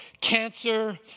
cancer